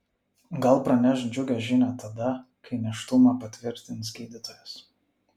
gal praneš džiugią žinią tada kai nėštumą patvirtins gydytojas